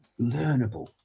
learnable